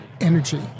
energy